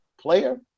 player